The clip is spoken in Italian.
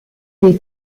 dei